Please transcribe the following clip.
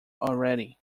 already